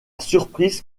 surprise